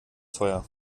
teuer